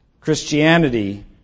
Christianity